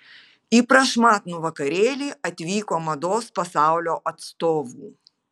į prašmatnų vakarėlį atvyko mados pasaulio atstovų